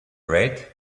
red